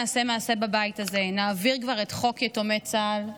כשנפרדתי לשלום ממור רייצ'ל,